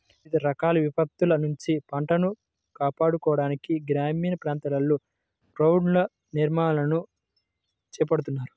వివిధ రకాల విపత్తుల నుంచి పంటను కాపాడుకోవడానికి గ్రామీణ ప్రాంతాల్లో గోడౌన్ల నిర్మాణాలను చేపడుతున్నారు